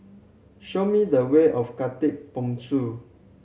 show me the way of Khatib Bongsu